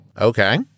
okay